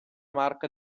marca